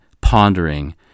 pondering